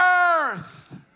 earth